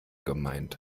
gemeint